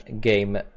Game